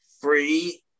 free